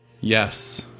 Yes